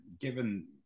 given